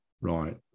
right